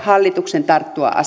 hallituksen tarttua